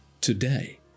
today